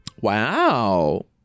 Wow